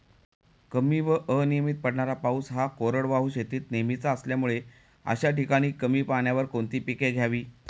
कमी व अनियमित पडणारा पाऊस हा कोरडवाहू शेतीत नेहमीचा असल्यामुळे अशा ठिकाणी कमी पाण्यावर कोणती पिके घ्यावी?